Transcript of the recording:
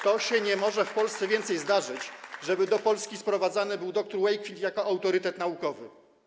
To się nie może w Polsce więcej zdarzyć, żeby do Polski sprowadzano dr. Wakefielda jako autorytet naukowy.